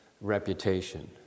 reputation